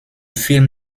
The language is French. film